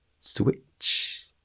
Switch